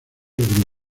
grupos